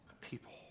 people